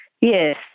Yes